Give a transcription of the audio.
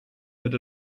that